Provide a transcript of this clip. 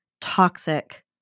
toxic